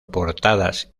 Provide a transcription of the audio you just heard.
portadas